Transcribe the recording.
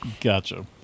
Gotcha